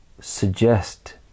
suggest